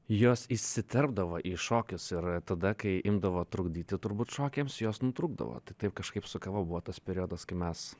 jos įsiterpdavo į šokius ir tada kai imdavo trukdyti turbūt šokiams jos nutrūkdavo tai taip kažkaip su kava buvo tas periodas kai mes